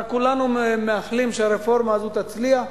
כולנו מאחלים שהרפורמה הזאת תצליח,